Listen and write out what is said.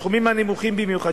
הסכומים הנמוכים במיוחד,